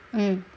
mm